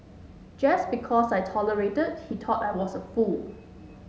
just because I tolerated he thought I was a fool